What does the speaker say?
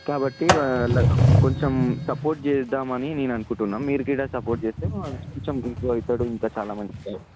కాబట్టి వాళ్ళ కొంచం సపోర్ట్ చేద్దామని నేను అనుకుంటున్నాం మీరు గీడా సపోర్ట్ చేస్తే కొంచెం ఇంప్రూవ్ అవుతాడు ఇంకా చాలా మంచిగా